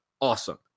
awesome